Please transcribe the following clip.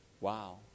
Wow